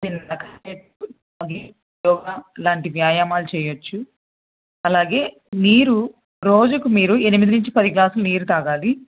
యోగా లాంటి వ్యాయామాలు చెయ్యొచ్చు అలాగే నీరు రోజుకు మీరు ఎనిమిది నుంచి పది గ్లాసుల నీరు తాగాలి